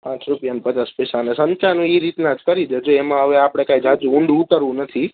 આઠ રૂપિયા ને પચાસ પૈસા અને સંચાની એ રીતના જ કરી દેજો એમાં હવે આપણે કાઇ ઝાઝું ઊંડું ઊતરવું નથી